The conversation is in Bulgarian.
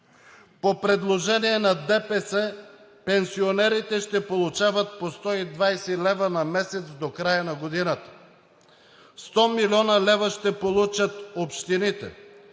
По предложение на ДПС пенсионерите ще получават по 120 лв. на месец до края на годината; 100 млн. лв. ще получат общините;